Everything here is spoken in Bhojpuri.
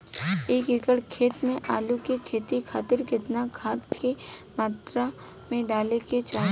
एक एकड़ खेत मे आलू के खेती खातिर केतना खाद केतना मात्रा मे डाले के चाही?